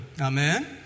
Amen